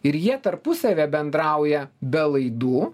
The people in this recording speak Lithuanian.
ir jie tarpusavyje bendrauja be laidų